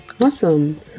Awesome